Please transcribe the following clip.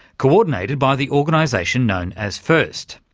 co-ordinated by the organisation known as first.